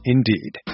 Indeed